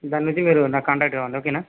దాని నుంచి మీరు నాకు కాంటాక్ట్ కావండి ఓకేనా